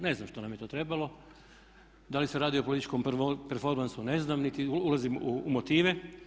Ne znam što nam je to trebalo, da li se radi o političkom performansu ne znam, niti ulazim u motive.